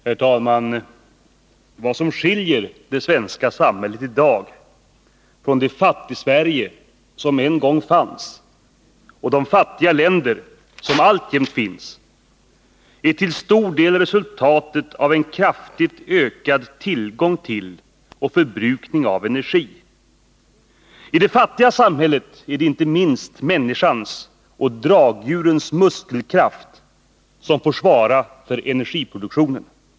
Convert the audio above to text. Herr talman! Vad som skiljer det svenska samhället i dag från det Fattigsverige som en gång fanns, och de fattiga länder som alltjämt finns, är till stor del resultatet av en kraftigt ökad tillgång till och förbrukning av energi. I det fattiga samhället är det inte minst människans och dragdjurens muskelkraft som får svara för energiproduktionen.